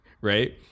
right